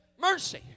mercy